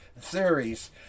theories